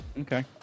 Okay